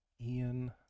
Ian